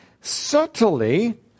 subtly